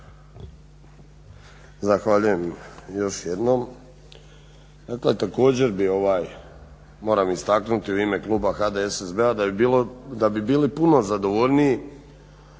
Zahvaljujem još jednom. Također moram istaknuti u ime kluba HDSSB-a da bi bili puno zadovoljniji